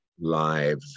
live